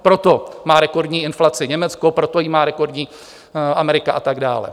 Proto má rekordní inflaci Německo, proto ji má rekordní Amerika a tak dále.